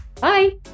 Bye